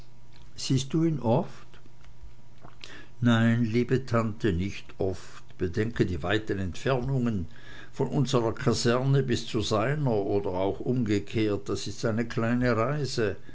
siehst du ihn oft nein liebe tante nicht oft bedenke die weiten entfernungen von unsrer kaserne bis zu seiner oder auch umgekehrt das ist eine kleine reise